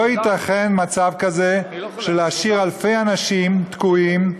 לא ייתכן מצב כזה, להשאיר אלפי אנשים תקועים.